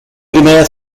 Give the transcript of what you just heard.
primera